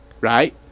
right